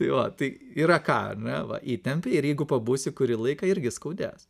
tai va tai yra ką ar ne va įtempi ir jeigu pabūsi kurį laiką irgi skaudės